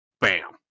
Bam